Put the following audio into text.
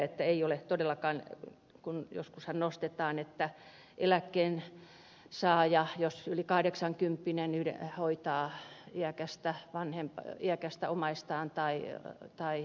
ei ole todellakaan kyse siitä kun joskushan nostetaan että yli kahdeksankymppinen eläkkeensaaja hoitaa iäkästä omaistaan tai henkilöä